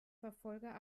verfolger